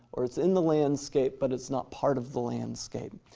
or it's in the landscape but it's not part of the landscape.